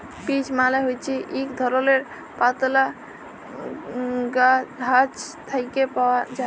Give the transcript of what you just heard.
peach মালে হছে ইক ধরলের পাতলা গাহাচ থ্যাকে পাউয়া যায়